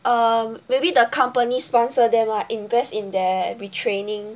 um maybe the company sponsor them or invest in their retraining